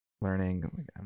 learning